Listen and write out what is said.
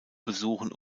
besuchen